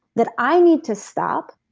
that i need to stop